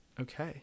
Okay